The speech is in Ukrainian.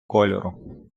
кольору